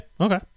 okay